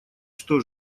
что